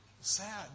Sad